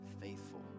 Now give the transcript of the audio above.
Faithful